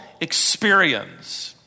experience